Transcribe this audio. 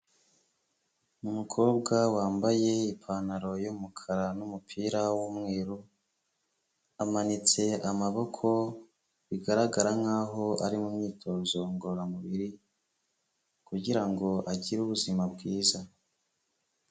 Umukobwa wambaye ipantaro y'umukara n'umupira w'umweru, amanitse amaboko, bigaragara nkaho ari mumyitozo ngororamubiri, kugirango agire ubuzima bwiza.